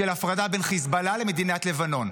ההפרדה בין חיזבאללה למדינת לבנון.